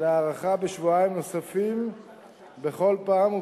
להארכה בשבועיים נוספים בכל פעם,